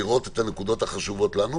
לראות את הנקודות החשובות לנו,